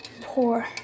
Pour